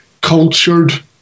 cultured